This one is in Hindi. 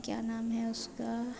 क्या नाम है उसका